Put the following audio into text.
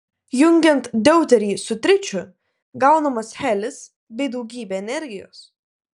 jungiant deuterį su tričiu gaunamas helis bei daugybė energijos